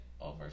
over